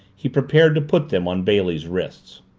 he prepared to put them on bailey's wrists.